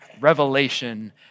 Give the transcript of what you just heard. Revelation